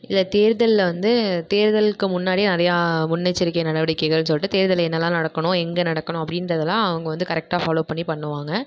இல்லை தேர்தலில் வந்து தேர்தலுக்கு முன்னாடி நிறையா முன்னெச்சரிக்கை நடவடிக்கைகள்ன்னு சொல்லிவிட்டு தேர்தலில் என்னலாம் நடக்கணும் எங்கே நடக்கணும் அப்படின்றதெல்லாம் அவங்க வந்து கரெக்டாக ஃபாலோ பண்ணி பண்ணுவாங்க